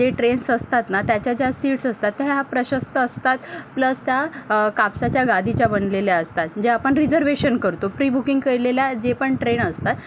जे ट्रेन्स असतात ना त्याच्या ज्या सीट्स असतात त्या ह्या प्रशस्त असतात प्लस त्या कापसाच्या गादीच्या बनलेल्या असतात ज्या आपण रिझर्वेशन करतो प्रिबुकिंग केलेल्या जे पण ट्रेन असतात